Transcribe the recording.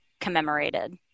commemorated